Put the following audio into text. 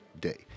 day